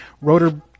rotor